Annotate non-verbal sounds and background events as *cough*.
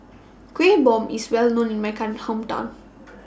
Kueh Bom IS Well known in My Come Hometown *noise*